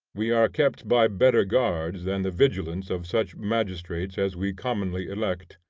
we are kept by better guards than the vigilance of such magistrates as we commonly elect.